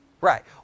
Right